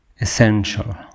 essential